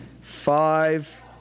Five